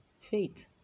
Faith